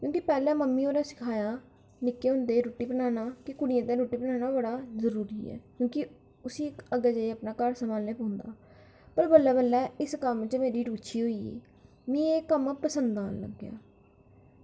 क्योंकि पैह्लें मम्मी होरें सिखाया निक्के होंदे रुट्टी बनाना केह् कुड़ियां आस्तै रुट्टी बनाना जरूरी ऐ क्योंकि उस्सी अग्गें जाइयै अपना घर संभालना होंदा ऐ ते बल्लें बल्लें इस कम्म च मेरी रुचि होई ते में एह् कम्म पसंद औन लग्गा